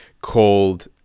called